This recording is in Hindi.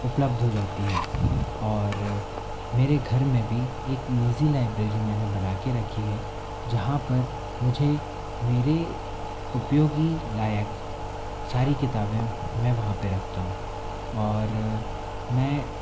उपलब्ध हो जाती हैं और मेरे घर में भी एक निज़ी लाइब्रेरी मैंने बना के रखी है जहाँ पर मुझे मेरे उपयोगी लायक सारी किताबें मैं वहाँ पे रखता हूँ और मैं